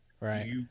Right